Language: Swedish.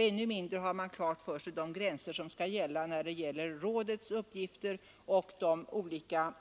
Ännu mindre får man klart för sig de gränser som skall gälla i fråga om rådets uppgifter och de olika